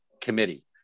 Committee